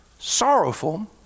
Sorrowful